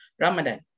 Ramadan